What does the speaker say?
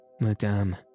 Madame